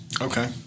Okay